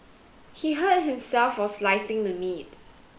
he hurt himself while slicing the meat